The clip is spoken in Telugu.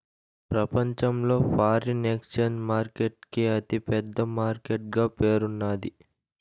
ప్రపంచంలో ఫారిన్ ఎక్సేంజ్ మార్కెట్ కి అతి పెద్ద మార్కెట్ గా పేరున్నాది